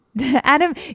Adam